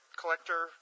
collector